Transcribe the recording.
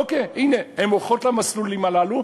אוקיי, הנה, הן הולכות למסלולים הללו.